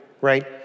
right